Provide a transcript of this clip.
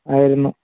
ആയിരുന്നു